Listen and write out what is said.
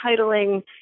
titling